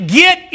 get